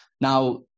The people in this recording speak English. Now